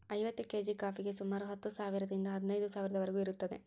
ಐವತ್ತು ಕೇಜಿ ಕಾಫಿಗೆ ಸುಮಾರು ಹತ್ತು ಸಾವಿರದಿಂದ ಹದಿನೈದು ಸಾವಿರದವರಿಗೂ ಇರುತ್ತದೆ